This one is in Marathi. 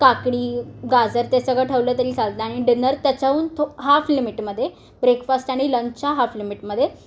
काकडी गाजर ते सगळं ठेवलं तरी चालतं आणि डिनर त्याच्याहून थो हाफ लिमिटमध्ये ब्रेकफास्ट आणि लंचच्या हाफ लिमिटमध्ये